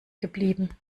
geblieben